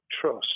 trust